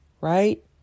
Right